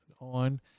on